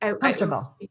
comfortable